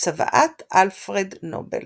צוואת אלפרד נובל